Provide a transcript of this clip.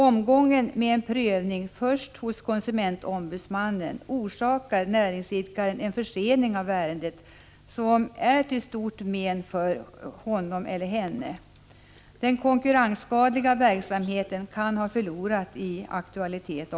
Omgången med en prövning först hos konsumentombudsmannen orsakar näringsidkaren en försening av ärendet, som kan vara till stort men för honom eller henne. Den konkurrensskadliga verksamheten kan sedan ha förlorat i aktualitet.